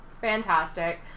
fantastic